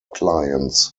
clients